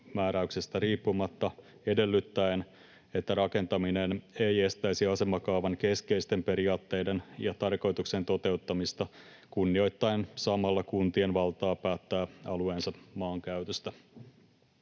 määräyksestä riippumatta edellyttäen, että rakentaminen ei estäisi asemakaavan keskeisten periaatteiden ja tarkoituksen toteuttamista, kunnioittaen samalla kuntien valtaa päättää alueensa maankäytöstä.